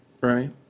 right